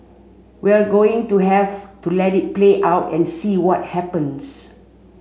we're going to have to let it play out and see what happens